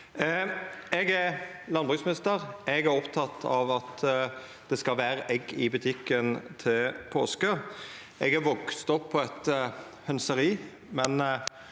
Eg er landbruksminister. Eg er oppteken av at det skal vera egg i butikken til påske. Eg har vakse opp på eit hønseri, men